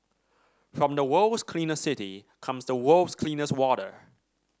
from the world's cleanest city comes the world's cleanest water